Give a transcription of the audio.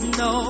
no